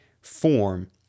form